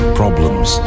problems